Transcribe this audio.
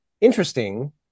interesting